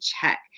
check